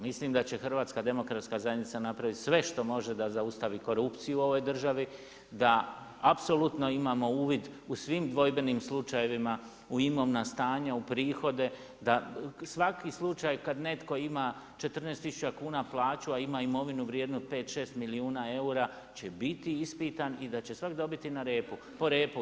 Mislim da će HDZ napraviti sve što može da zaustavi korupciju u ovoj državi, da apsolutno imamo uvid u svim dvojbenim slučajevima, u imovina stanja, u prihode sa svaki slučaj kada netko ima 14 tisuća kuna plaću a ima imovinu vrijednu 5, 6 milijuna eura će biti ispitan i da će svatko dobiti po repu.